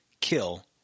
kill